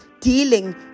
dealing